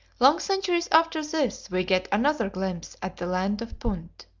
long centuries after this we get another glimpse at the land of punt.